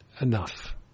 Enough